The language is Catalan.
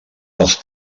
dels